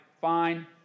fine